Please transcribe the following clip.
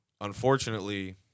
unfortunately